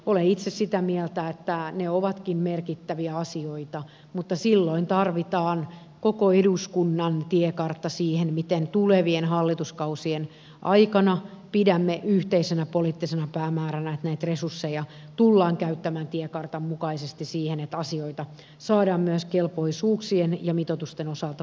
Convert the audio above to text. olen itse sitä mieltä että ne ovatkin merkittäviä asioita mutta silloin tarvitaan koko eduskunnan tiekartta siihen miten tulevien hallituskausien aikana pidämme yhteisenä poliittisena päämääränä että näitä resursseja tullaan käyttämään tiekartan mukaisesti siihen että asioita saadaan myös kelpoisuuksien ja mitoitusten osalta korjattua